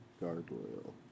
Gargoyle